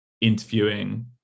interviewing